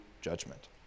judgment